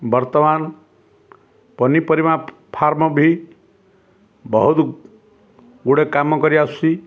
ବର୍ତ୍ତମାନ ପନିପରିବା ଫାର୍ମ ବି ବହୁତ ଗୁଡ଼େ କାମ କରିଆସୁଛି